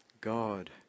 God